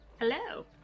Hello